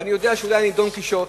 ואני יודע שאולי אני דון קישוט,